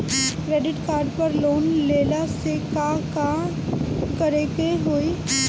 Credit card पर loan लेला से का का करे क होइ?